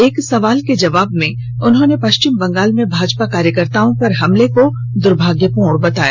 एक सवाल के जवाब में उन्होंने पश्चिम बंगाल में भाजपा कार्यकर्ताओं पर हमले को द्र्भाग्यपूर्ण बताया